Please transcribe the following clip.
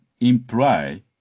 imply